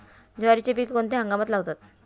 ज्वारीचे पीक कोणत्या हंगामात लावतात?